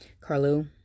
Carlo